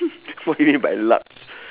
what do you mean by lucks